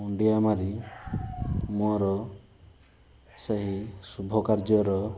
ମୁଣ୍ଡିଆ ମାରି ମୋର ସେହି ଶୁଭକାର୍ଯ୍ୟର